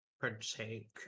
partake